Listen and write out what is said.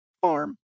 farm